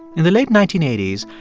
in the late nineteen eighty s,